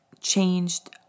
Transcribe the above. changed